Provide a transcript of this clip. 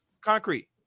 concrete